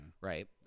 right